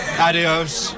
Adios